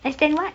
S ten what